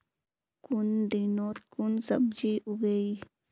कुन दिनोत कुन सब्जी उगेई?